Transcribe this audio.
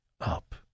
up